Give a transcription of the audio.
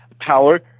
power